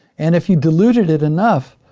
and if you diluted it enough,